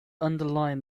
underline